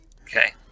okay